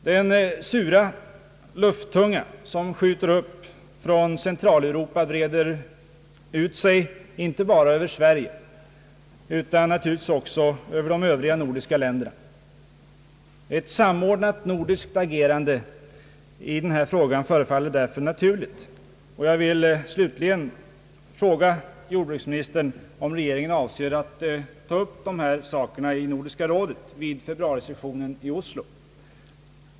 Den sura lufttunga som skjuter upp från Centraleuropa breder ut sig inte bara över Sverige utan även över de andra nordiska länderna. Ett samordnat nordiskt agerande i den här frågan synes därför naturligt. Jag vill fråga jordbruksministern om regeringen avser att ta upp dessa spörsmål i Nordiska rådet vid februarisessionen i Oslo.